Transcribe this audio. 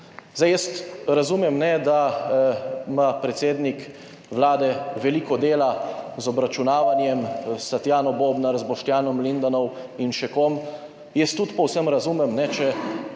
Jaz razumem, da ima predsednik Vlade veliko dela z obračunavanjem s Tatjano Bobnar, z Boštjanom Lindavom in še kom. Jaz tudi povsem razumem, če